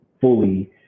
fully